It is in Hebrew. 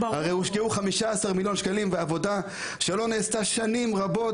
הרי הושקעו 15 מיליון שקלים ונעשתה עבודה שלא נעשתה שנים רבות.